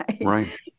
Right